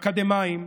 אקדמאים,